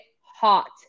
hot